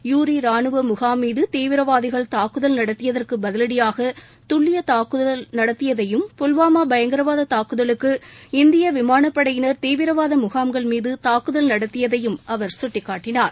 Yuri ராணுவ முகாம் மீது தீவிரவாதிகள் தாக்குதல் நடத்தியதற்கு பதிவடியாக துல்லிய தாக்குதல் நடத்தியதையும் புல்வாமா பயங்கவாத தாக்குதலுக்கு இந்திய விமானப் படையினர் தீவிரவாத முகாம்கள் மீது தாக்குதல் நடத்தப்பட்டதையும் அவர் சுட்டிகாட்டினார்